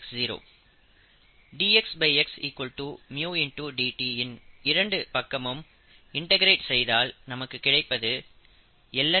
dx x µdt இன் இரண்டு பக்கமும் இன்டகிரேட் செய்தால் நமக்கு கிடைப்பது ln x µt c